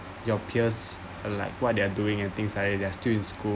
your peers uh like what they're doing and things like that they're still in school